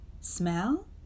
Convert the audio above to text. Smell